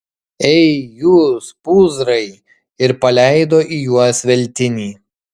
ei jūs pūzrai ir paleido į juos veltinį